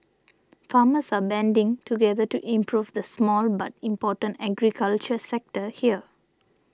farmers are banding together to improve the small but important agriculture sector here